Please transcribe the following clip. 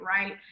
Right